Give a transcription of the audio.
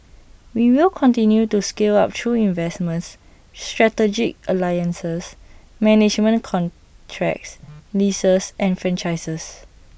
we will continue to scale up through investments strategic alliances management contracts leases and franchises